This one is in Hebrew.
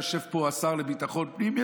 ויושב פה השר לביטחון הפנים,